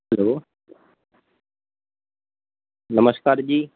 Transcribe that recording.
hello નમસ્કાર જી